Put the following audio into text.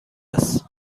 است